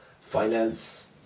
finance